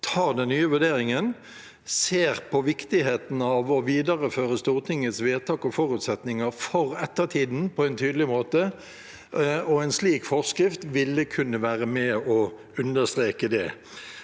tar en ny vurdering og ser på viktigheten av å videreføre Stortingets vedtak og forutsetninger for ettertiden på en tydelig måte, og en slik forskrift ville kunne være med og understreke det.